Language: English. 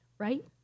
right